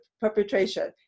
perpetration